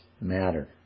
matter